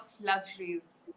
luxuries